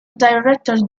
director